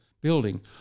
building